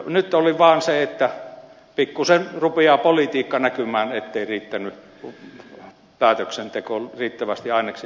nyt oli vaan se että pikkuisen rupeaa politiikka näkymään ettei riittänyt päätöksentekoon riittävästi aineksia